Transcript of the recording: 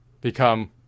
become